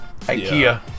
IKEA